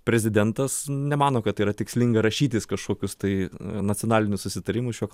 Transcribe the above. prezidentas nemano kad tai yra tikslinga rašytis kažkokius tai nacionalinius susitarimus šiuo